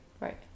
Right